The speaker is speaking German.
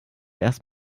erst